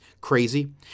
crazy